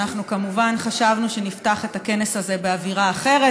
אנחנו כמובן חשבנו שנפתח את הכנס הזה באווירה אחרת,